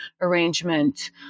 arrangement